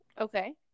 Okay